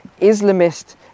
Islamist